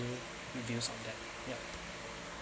views on that yup